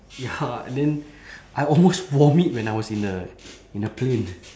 ya and then I almost vomit when I was in the in the plane